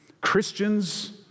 Christians